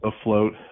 afloat